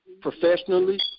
professionally